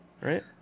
right